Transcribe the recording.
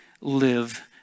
live